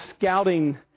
scouting